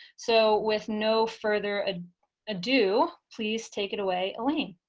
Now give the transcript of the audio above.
so, with no further ah ado, please take it away, elaine.